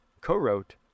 co-wrote